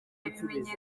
ibimenyetso